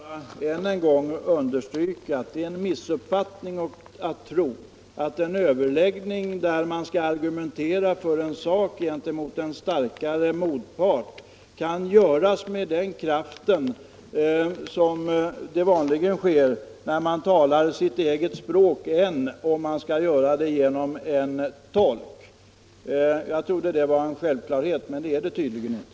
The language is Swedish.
Herr talman! Jag vill än en gång understryka att det är en missuppfattning att tro att man vid en överläggning kan argumentera mot en starkare motpart med samma kraft när man talar genom en tolk som när man talar sitt eget språk. Jag trodde att det var en självklarhet, men det är det tydligen inte.